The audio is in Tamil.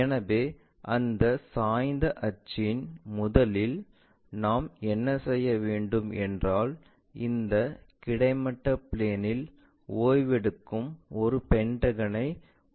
எனவே அந்த சாய்ந்த அச்சில் முதலில் நாம் என்ன செய்ய வேண்டும் என்றால் இந்த கிடைமட்ட பிளேன்இல் ஓய்வெடுக்கும் ஒரு பென்டகனை உருவாக்குவோம்